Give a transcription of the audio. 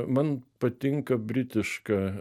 man patinka britiška